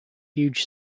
huge